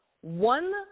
one